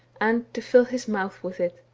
and to fill his mouth with it.